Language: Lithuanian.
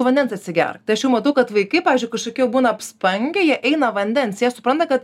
vandens atsigerk ta aš jau matau kad vaikai pavyzdžiui kažkokie jau būna apspangę jie eina vandens jie supranta kad